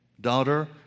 daughter